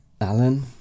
Alan